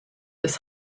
des